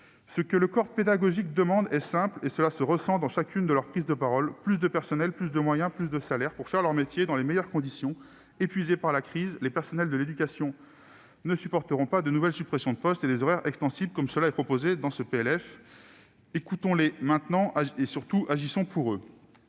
Ce que le corps pédagogique demande est simple et revient dans chacune des prises de parole de ses représentants : plus de personnel, plus de moyens, plus de salaire pour faire leur métier dans les meilleures conditions. Épuisés par la crise, les personnels de l'éducation ne supporteront pas de nouvelles suppressions de postes ni des horaires extensibles comme cela est proposé dans ce PLF. Écoutons-les maintenant et, surtout, agissons pour eux.